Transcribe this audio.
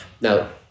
Now